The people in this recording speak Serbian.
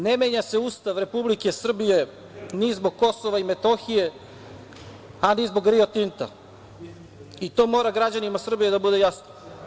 Ne menja se Ustav Republike Srbije, ni zbog KiM, a ni zbog „Rio Tinta“ i to mora građanima Srbije da bude jasno.